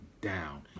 down